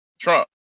Trump